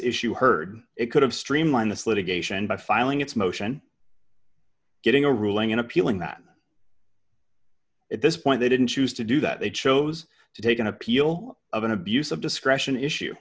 issue heard it could have streamlined this litigation by filing its motion getting a ruling in appealing that at this point they didn't choose to do that they chose to take an appeal of an abuse of discretion issue